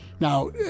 Now